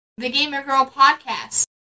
thegamergirlpodcast